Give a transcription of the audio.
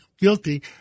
guilty